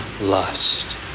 lust